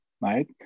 right